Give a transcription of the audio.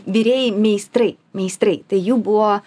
virėjai meistrai meistrai tai jų buvo